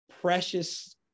precious